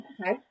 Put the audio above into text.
okay